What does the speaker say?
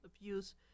abuse